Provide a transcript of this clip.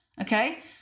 Okay